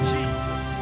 Jesus